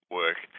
work